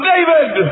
David